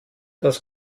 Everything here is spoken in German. das